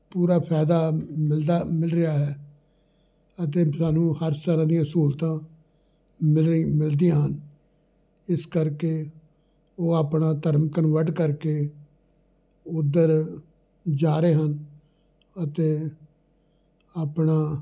ਪੂਰਾ ਫਾਇਦਾ ਮਿਲਦਾ ਮਿਲ ਰਿਹਾ ਹੈ ਅਤੇ ਸਾਨੂੰ ਹਰ ਤਰ੍ਹਾਂ ਦੀਆਂ ਸਹੂਲਤਾਂ ਮਿਲ ਰਹੀ ਮਿਲਦੀਆਂ ਹਨ ਇਸ ਕਰਕੇ ਉਹ ਆਪਣਾ ਧਰਮ ਕਨਵਰਟ ਕਰਕੇ ਉੱਧਰ ਜਾ ਰਹੇ ਹਨ ਅਤੇ ਆਪਣਾ